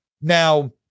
Now